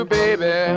baby